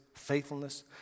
faithfulness